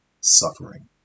suffering